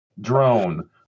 Drone